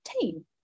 team